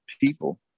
people